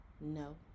No